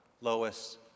Lois